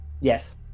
Yes